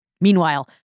Meanwhile